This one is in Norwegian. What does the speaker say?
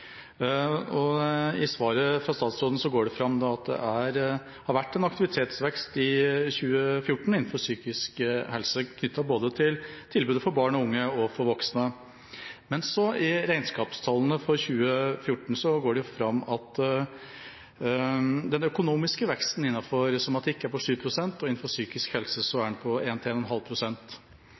Førde. I svaret fra statsråden går det fram at det har vært en aktivitetsvekst i 2014 innenfor psykisk helse, knyttet til tilbudet både for barn og unge og for voksne. Men i regnskapstallene for 2014 går det fram at den økonomiske veksten innenfor somatikk er på 7 pst., og at den innenfor psykisk helse er på 1–1,5 pst. Spørsmålet er om statsråden er bekymret for disse underliggende vekstfaktorene knyttet til lønn, teknisk utstyr, bygg og